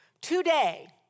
Today